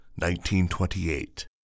1928